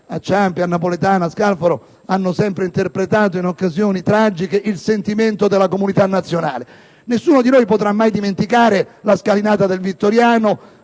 da Ciampi a Napolitano, hanno sempre interpretato, in occasioni tragiche il sentimento della comunità nazionale. Nessuno di noi potrà mai dimenticare la scalinata del Vittoriano